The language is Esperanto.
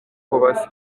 povas